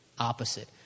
opposite